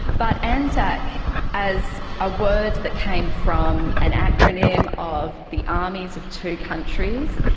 but anzac as a word that came from an acronym of the armies of two countries,